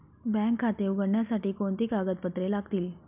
Bank खाते उघडण्यासाठी कोणती कागदपत्रे लागतील?